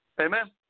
Amen